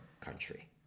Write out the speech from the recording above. country